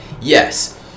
Yes